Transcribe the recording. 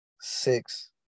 six